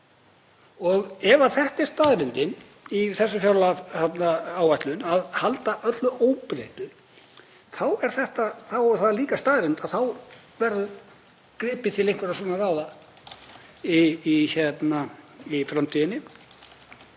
Og ef þetta er staðreyndin í fjármálaáætlun, að halda öllu óbreyttu, þá er það líka staðreynd að þá verður gripið til einhverra svona ráða í framtíðinni.